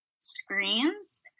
screens